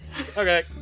Okay